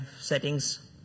settings